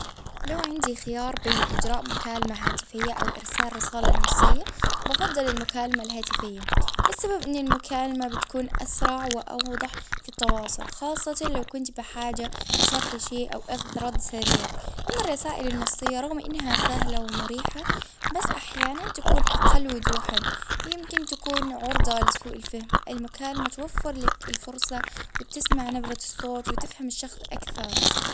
لو عندي خيار بين إجراء مكالمة هاتفية أو إرسال رسالة نصية، بفضل المكالمة الهاتفية، السبب أني المكالمة بتكون أسرع وأوضح في التواصل خاصة لو كنت بحاجة لشرح شيء، أو أخذ رد سريع، أما الرسائل النصية رغم إنها سهلة ومريحة، بس أحيانا تكون أقل وضوحا، يمكن تكون عرضة لسوء الفهم، المكالمة توفر لك الفرصة، وتسمع نبرة الصوت وتفهم الشخص أكثر.